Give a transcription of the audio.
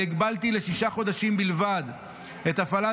אני הגבלתי לשישה חודשים בלבד את הפעלת